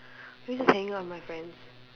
maybe just hanging out with my friends